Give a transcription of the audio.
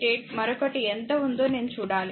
88 మరొకటి ఎంత ఉందో నేను చూడాలి